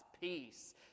peace